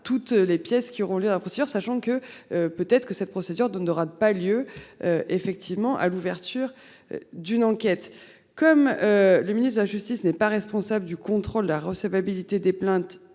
Toutes les pièces qui auront lieu à la procédure sachant que peut-être que cette procédure dont n'aura pas lieu. Effectivement à l'ouverture d'une enquête comme. Le ministre de la justice n'est pas responsable du contrôle de la recevabilité des plaintes